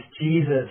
Jesus